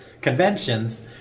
conventions